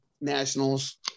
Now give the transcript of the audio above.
Nationals